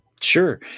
sure